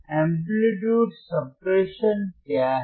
amplitude suppression क्या है